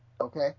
Okay